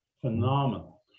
phenomenal